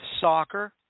soccer